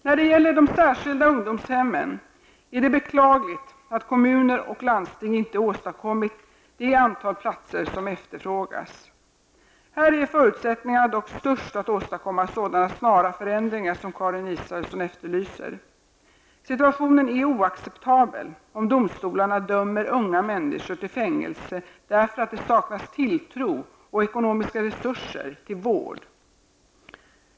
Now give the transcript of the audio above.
När det gäller de särskilda ungdomshemmen är det beklagligt att kommuner och landsting inte åstadkommit det antal platser som efterfrågas. Här är förutsättningarna dock störst att åstadkomma sådana snara förändringar som Karin Israelsson efterlyser. Situationen är oacceptabel om domstolarna dömer unga människor till fängelse därför att det saknas tilltro och ekonomiska resurser till vård.